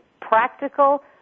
practical